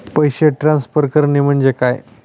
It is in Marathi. पैसे ट्रान्सफर करणे म्हणजे काय?